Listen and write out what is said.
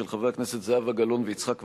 של חברי הכנסת זהבה גלאון ויצחק וקנין,